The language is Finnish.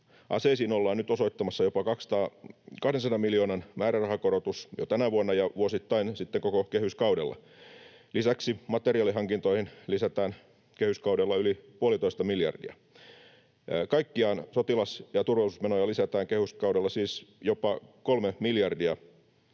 Aseisiin ollaan nyt osoittamassa jopa 200 miljoonan määrärahakorotus jo tänä vuonna ja vuosittain sitten koko kehyskaudella. Lisäksi materiaalihankintoihin lisätään kehyskaudella yli puolitoista miljardia. Kaikkiaan sotilas- ja turvallisuusmenoja lisätään kehyskaudella siis jopa kolme miljardia